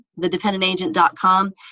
thedependentagent.com